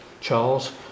Charles